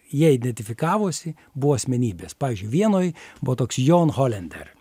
jie identifikavosi buvo asmenybės pavyzdžiui vienoj buvo toks jon holender